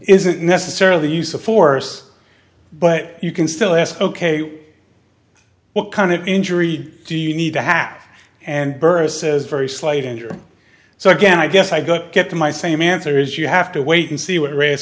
isn't necessarily use of force but you can still ask ok what kind of injury do you need to have and burress is very slight and so again i guess i gotta get to my same answer is you have to wait and see what race